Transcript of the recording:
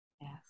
Yes